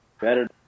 better